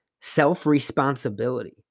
self-responsibility